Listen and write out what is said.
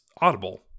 Audible